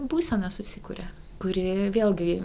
būsena susikuria kuri vėlgi